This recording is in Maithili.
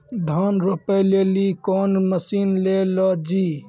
धान रोपे लिली कौन मसीन ले लो जी?